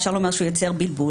אפשר לומר שהוא יוצר בלבול,